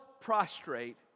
prostrate